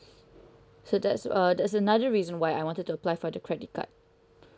so that's uh that's another reason why I wanted to apply for the credit card